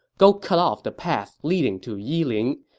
go cut off the path leading to yiling.